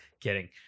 Kidding